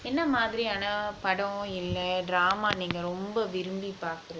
என்ன மாதிரியான படம் இல்ல:enna madhiriyana padam illa drama நீங்க ரொம்ப விரும்பி பாக்குற:neenga virumbi pakkura